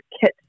kit